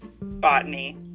botany